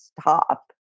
stop